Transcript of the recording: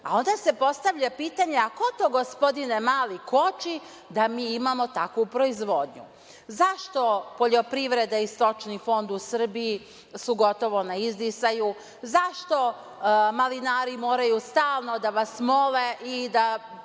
se postavlja pitanje ko to, gospodine Mali, koči da mi imamo takvu proizvodnju? Zašto poljoprivreda i Stočni fond u Srbiji su gotovo na izdisaju? Zašto malinari moraju stalno da vas mole i da